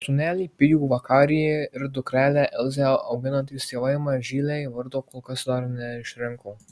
sūnelį pijų vakarį ir dukrelę elzę auginantys tėvai mažylei vardo kol kas dar neišrinko